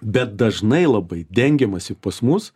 bet dažnai labai dengiamasi pas mus